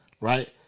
Right